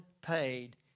paid